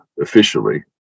officially